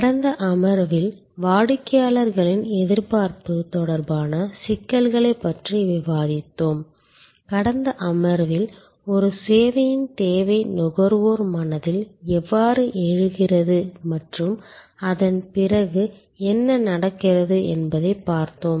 கடந்த அமர்வில் வாடிக்கையாளர்களின் எதிர்பார்ப்பு தொடர்பான சிக்கல்களைப் பற்றி விவாதித்தோம் கடந்த அமர்வில் ஒரு சேவையின் தேவை நுகர்வோர் மனதில் எவ்வாறு எழுகிறது மற்றும் அதன் பிறகு என்ன நடக்கிறது என்பதைப் பார்த்தோம்